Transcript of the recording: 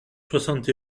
soixante